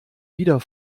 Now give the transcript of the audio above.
wieder